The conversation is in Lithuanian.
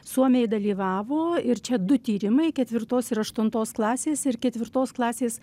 suomiai dalyvavo ir čia du tyrimai ketvirtos ir aštuntos klasės ir ketvirtos klasės